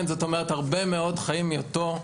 הרבה מאוד חיים מאותו סל.